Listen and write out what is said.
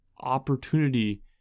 opportunity